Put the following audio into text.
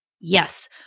Yes